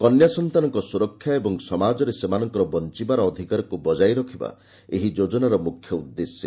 କନ୍ୟାସନ୍ତାନଙ୍କ ସ୍ରରକ୍ଷା ଏବଂ ସମାଜରେ ସେମାନଙ୍କର ବଞ୍ଚବାର ଅଧିକାରକୁ ବଜାୟ ରଖିବା ଏହି ଯୋଜନାର ମ୍ରଖ୍ୟ ଉଦ୍ଦେଶ୍ୟ